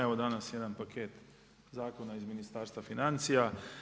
Evo danas jedan paket zakona iz Ministarstva financija.